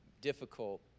Difficult